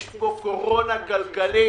יש כאן קורונה כלכלית